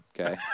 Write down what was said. Okay